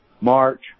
March